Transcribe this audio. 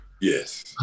Yes